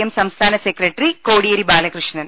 M സംസ്ഥാന secretary Kodiyeri Balakrishnan